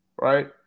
right